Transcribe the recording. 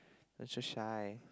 don't so shy